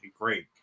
great